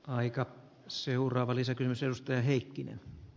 aika seuraavan isäkin syystä ohjeet menneet